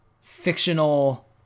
fictional